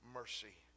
mercy